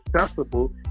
accessible